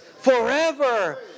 forever